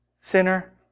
sinner